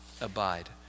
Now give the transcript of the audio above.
Abide